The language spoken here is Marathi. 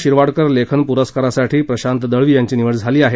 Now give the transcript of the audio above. शिरवाडकर लेखन पुरस्कारासाठी प्रशांत दळवी यांची निवड झाली आहे